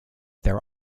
there